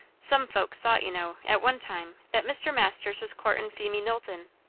some folks thought, you know, at one time, that mr. masters was courtin' phemie knowlton.